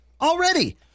already